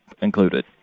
included